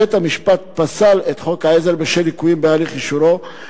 בית-המשפט פסל את חוק העזר בשל ליקויים בהליך אישורו,